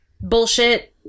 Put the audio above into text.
bullshit